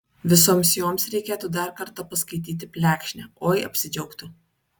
visoms joms reikėtų dar kartą paskaityti plekšnę oi apsidžiaugtų